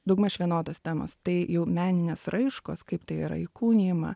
daugmaž vienodos temos tai jau meninės raiškos kaip tai yra įkūnijama